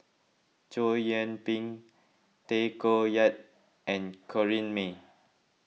Chow Yian Ping Tay Koh Yat and Corrinne May